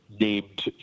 named